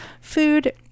food